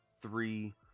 three